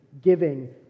giving